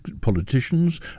politicians